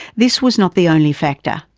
this was not the only factor.